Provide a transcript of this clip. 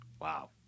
Wow